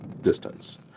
distance